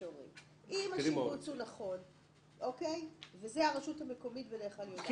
אם השיבוץ הוא נכון וזאת הרשות המקומית בדרך כלל יודעת,